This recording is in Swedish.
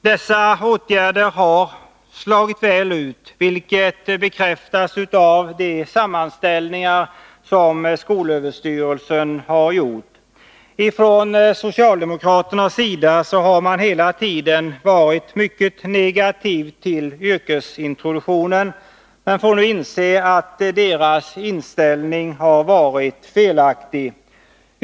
Dessa åtgärder har slagit väl ut, vilket bekräftas av de sammanställningar som SÖ har gjort. Från socialdemokraternas sida har man hela tiden varit mycket negativ till yrkesintroduktionen, men vi får nu inse att deras inställning har varit felaktig.